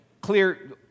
clear